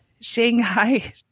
Shanghai